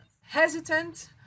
hesitant